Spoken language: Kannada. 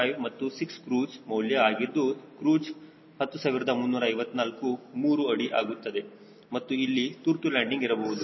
5 ಮತ್ತು 6 ಕ್ರೂಜ್ ಮೌಲ್ಯ ಆಗಿದ್ದು ಕ್ರೂಜ್ 10354 3 ಅಡಿ ಆಗುತ್ತದೆ ಮತ್ತು ಇಲ್ಲಿ ತುರ್ತು ಲ್ಯಾಂಡಿಂಗ್ ಇರಬಹುದು